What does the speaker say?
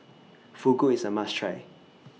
Fugu IS A must Try